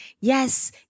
Yes